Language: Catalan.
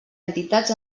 entitats